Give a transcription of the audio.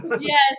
yes